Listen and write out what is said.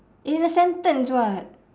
in a sentence [what]